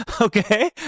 Okay